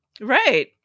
Right